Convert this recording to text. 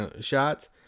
shots